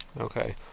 Okay